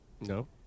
No